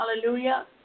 Hallelujah